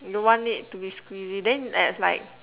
you want it to be squeezy then it's like